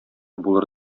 булыр